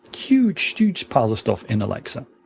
huge, huge piles of stuff in alexa.